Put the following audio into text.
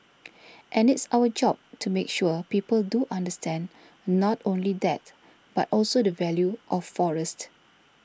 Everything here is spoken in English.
and it's our job to make sure people do understand not only that but also the value of forest